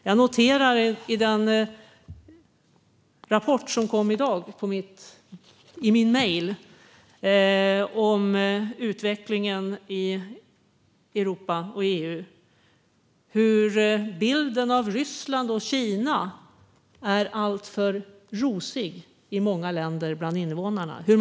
Jag noterar i den rapport om utvecklingen i Europa och EU som kom i min mejl i dag att bilden av Ryssland och Kina är alltför rosig bland invånarna i många länder.